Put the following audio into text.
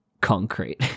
concrete